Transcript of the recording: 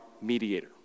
mediator